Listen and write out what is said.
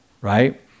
right